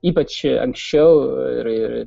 ypač anksčiau ir ir